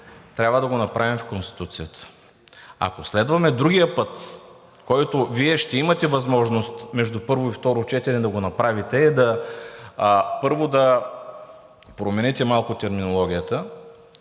трябва да го направим в Конституцията. Ако следваме другия път, който Вие ще имате възможност между първо и второ четене да го направите, първо да промените малко терминологията